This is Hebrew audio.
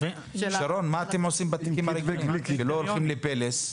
שרון, מה אתם עושים בתיקים שלא הולכים ל"פלס"?